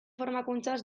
formakuntzaz